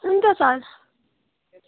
हुन्छ सर